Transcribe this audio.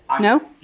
no